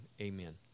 Amen